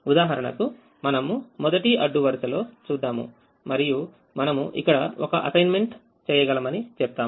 ఉదాహరణకు మనము మొదటి అడ్డు వరుసలో చూద్దాం మరియు మనము ఇక్కడ ఒక అసైన్మెంట్ చేయగలమని చెప్తాము